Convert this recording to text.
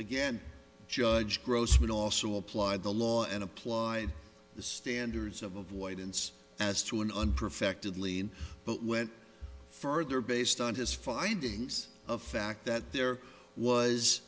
again judge gross would also apply the law and apply the standards of avoidance as to an un perfected lean but went further based on his findings of fact that there was